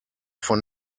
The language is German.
von